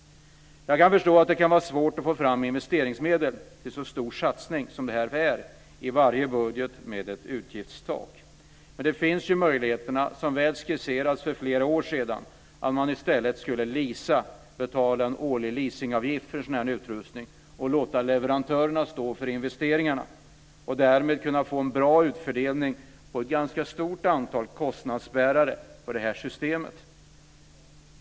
Jag kan förstå att det kan vara svårt att få fram investeringsmedel till en så stor satsning som det här är i varje budget med ett utgiftstak. Men det finns ju en möjlighet, som väl skisserades för flera år sedan, att i stället leasa, dvs. betala en årlig leasingavgift för en sådan här utrustning och låta leverantörerna stå för investeringarna och därmed få en bra fördelning på ett ganska stort antal kostnadsbärare för det här systemet.